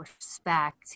respect